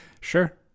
Sure